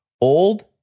Old